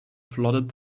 plodded